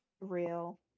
Real